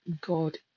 God